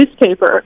newspaper